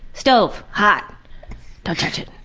stove! hot! don't touch it.